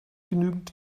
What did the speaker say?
genügend